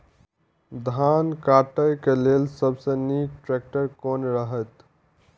धान काटय के लेल सबसे नीक ट्रैक्टर कोन रहैत?